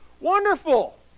Wonderful